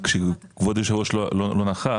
כשכבוד היושב ראש לא נכח,